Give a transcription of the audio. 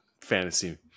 Fantasy